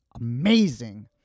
amazing